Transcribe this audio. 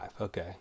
okay